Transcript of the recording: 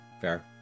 fair